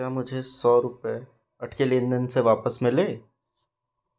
क्या मुझे सौ रूपए अटके लेनदेन से वापस मिले